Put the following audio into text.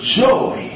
joy